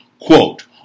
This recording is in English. Quote